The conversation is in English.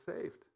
saved